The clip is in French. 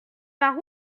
par